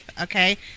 okay